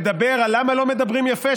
מדבר על למה לא מדברים יפה.